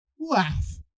Laugh